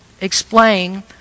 explain